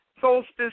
Solstice